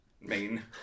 main